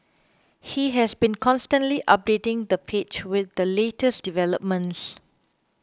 he has been constantly updating the page with the latest developments